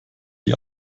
die